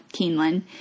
Keeneland